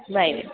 bye